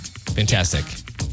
Fantastic